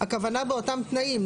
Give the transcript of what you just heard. הכוונה באותם תנאים,